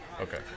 okay